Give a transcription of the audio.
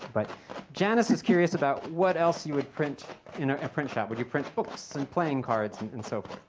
but janice is curious about what else you would print in a print shop. would you print books and playing cards and so